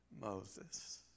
Moses